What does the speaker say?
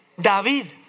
David